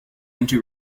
into